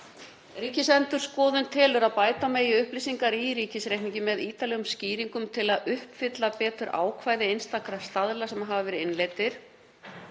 Ríkisendurskoðun telur að bæta megi upplýsingar í ríkisreikningi með ítarlegri skýringum til að uppfylla betur ákvæði einstakra staðla sem hafa verið innleiddir.